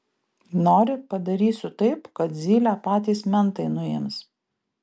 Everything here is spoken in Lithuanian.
nori padarysiu taip kad zylę patys mentai nuims